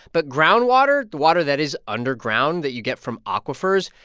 but groundwater, water that is underground that you get from aquifers,